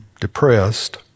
depressed